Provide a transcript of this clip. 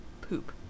Poop